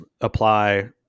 apply